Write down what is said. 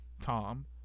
Tom